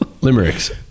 limericks